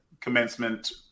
commencement